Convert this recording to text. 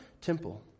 temple